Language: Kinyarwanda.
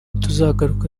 tuzagaruka